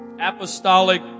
apostolic